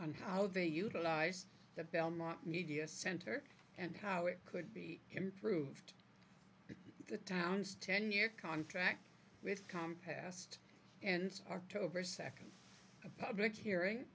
on how they utilize that belmont media center and how it could be improved the town's ten year contract with come past and ark over second a public hearing